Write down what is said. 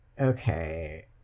Okay